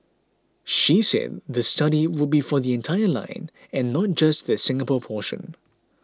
she said the study would be for the entire line and not just the Singapore portion